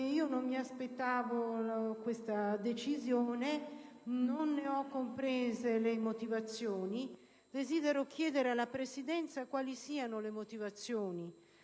non mi aspettavo questa decisione. Non ne ho compreso le motivazioni e quindi desidero chiedere alla Presidenza quali sono le ragioni